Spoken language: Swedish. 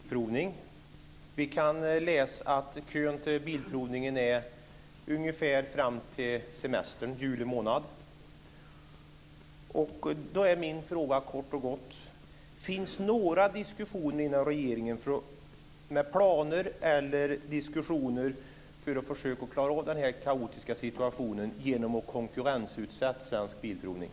Herr talman! Jag har en fråga till vice statsminister Lena Hjelm-Wallén. Det är i dag en mycket lång kö till Svensk Bilprovning. Kön sträcker sig fram till semestern i juli månad. Då är min fråga kort och gott: Finns det några diskussioner och planer inom regeringen för att man ska klara av denna kaotiska situation genom att konkurrensutsätta Svensk Bilprovning?